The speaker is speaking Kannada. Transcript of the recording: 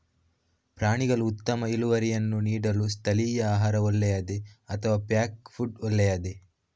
ಪ್ರಾಣಿಗಳು ಉತ್ತಮ ಇಳುವರಿಯನ್ನು ನೀಡಲು ಸ್ಥಳೀಯ ಆಹಾರ ಒಳ್ಳೆಯದೇ ಅಥವಾ ಪ್ಯಾಕ್ ಫುಡ್ ಒಳ್ಳೆಯದೇ?